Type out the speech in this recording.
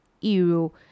Euro